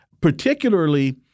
particularly